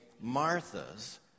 Marthas